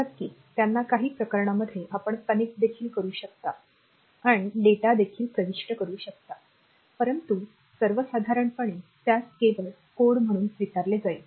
नक्कीच त्यांना काही प्रकरणांमध्ये आपण कनेक्ट देखील करू शकता आणि डेटा देखील प्रविष्ट करू शकता परंतु सर्वसाधारणपणे त्यास केवळ कोड म्हणून स्वीकारले जाईल